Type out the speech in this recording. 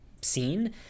scene